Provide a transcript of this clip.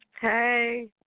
Hey